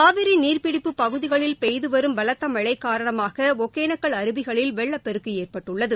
காவிரி நீர்பிடிப்புப் பகுதிகளில் பெய்து வரும் பலத்த மழை காரணமாக ஒகேனக்கல் அருவிகளில் வெள்ளப் பெருக்கு ஏற்பட்டுள்ளது